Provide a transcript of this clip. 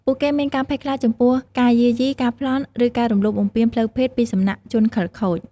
ពួកគេមានការភ័យខ្លាចចំពោះការយាយី ការប្លន់ ឬការរំលោភបំពានផ្លូវភេទពីសំណាក់ជនខិលខូច។